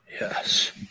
Yes